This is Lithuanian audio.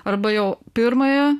arba jau pirmąją